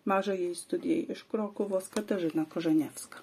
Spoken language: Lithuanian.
mažajai studijai iš krokuvos katažina kožanevska